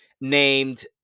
named